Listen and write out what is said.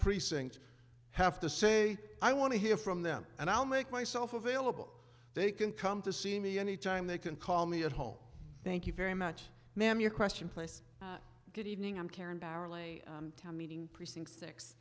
precinct have to say i want to hear from them and i'll make myself available they can come to see me any time they can call me at home thank you very much ma'am your question place good evening i'm karen barreling town meeting precinct